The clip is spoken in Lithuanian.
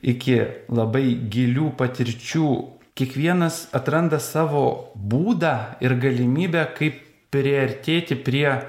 iki labai gilių patirčių kiekvienas atranda savo būdą ir galimybę kaip priartėti prie